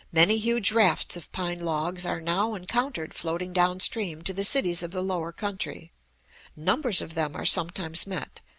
many huge rafts of pine logs are now encountered floating down stream to the cities of the lower country numbers of them are sometimes met,